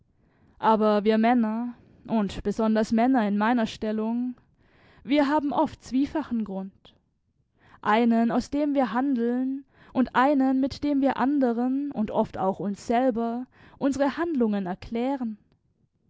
aber wir männer und besonders männer in meiner stellung wir haben oft zwiefachen grund einen aus dem wir handeln und einen mit dem wir anderen und oft auch uns selber unsere handlungen erklären